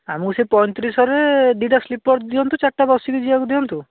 ଆମକୁ ସେ ପଇଁତିରିଶହରେ ଦୁଇଟା ସ୍ଲିପର୍ ଦିଅନ୍ତୁ ଚାରିଟା ବସିକି ଯିବାକୁ ଦିଅନ୍ତୁ